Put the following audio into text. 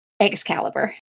Excalibur